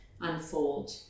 unfold